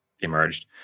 emerged